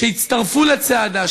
שיצטרפו לצעדה,